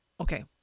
Okay